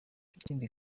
ikindi